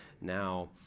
now